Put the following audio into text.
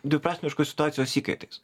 dviprasmiškos situacijos įkaitais